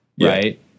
right